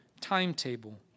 timetable